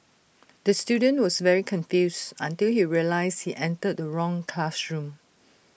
the student was very confused until he realised he entered the wrong classroom